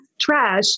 Trash